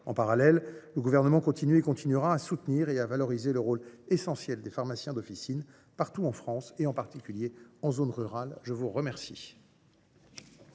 En parallèle, le Gouvernement continuera de soutenir et de valoriser le rôle essentiel des pharmaciens d’officine, partout en France, et en particulier en zone rurale. Mes chers